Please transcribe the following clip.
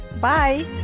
Bye